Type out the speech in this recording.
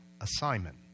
assignment